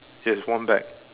there is one bag